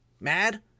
mad